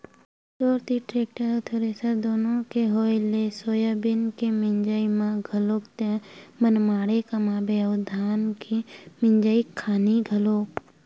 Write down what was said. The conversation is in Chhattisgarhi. तोर तीर टेक्टर अउ थेरेसर दुनो के होय ले सोयाबीन के मिंजई म घलोक तेंहा मनमाड़े कमाबे अउ धान के मिंजई खानी घलोक